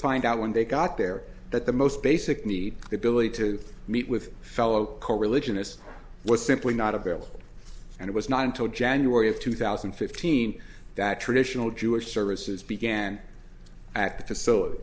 find out when they got there that the most basic need the ability to meet with fellow coreligionists was simply not available and it was not until january of two thousand and fifteen that traditional jewish services began act t